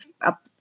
up